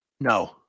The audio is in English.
No